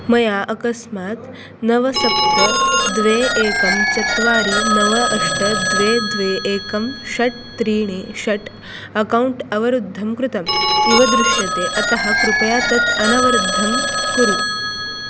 मया अकस्मात् नव सप्त द्वे एकं चत्वारि नव अष्ट द्वे द्वे एकं षट् त्रीणि षट् अकौण्ट् अवरुद्धं कृतम् इव दृश्यते अतः कृपया तत् अनवरुद्धं कुरु